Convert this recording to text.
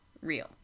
real